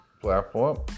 platform